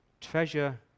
Treasure